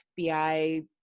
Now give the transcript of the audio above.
FBI